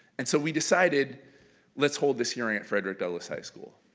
and so we decided let's hold this hearing at frederick douglas high school.